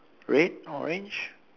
red orange